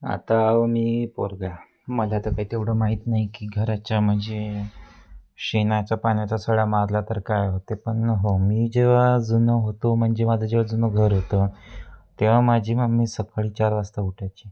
आता अहो मी पोरगा मला तर काही तेवढं माहीत नाही की घराच्या म्हणजे शेणाचा पाण्याचा सडा मारला तर काय होते पण हो मी जेव्हा जुनं होतो म्हणजे माझं जेव्हा जुनं घर होतं तेव्हा माझी मम्मी सकाळी चार वाजता उठायची